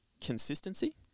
consistency